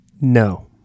No